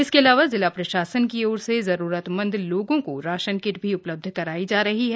इसके अलावा जिला प्रशासन की ओर से जरूरतमंद लोगों को राशन किट भी उपलब्ध करायी जा रही है